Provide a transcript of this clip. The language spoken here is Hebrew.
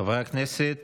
חברי הכנסת,